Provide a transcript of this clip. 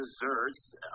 desserts